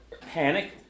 panic